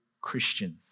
Christians